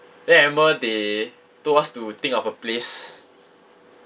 then I remember they told us to think of a place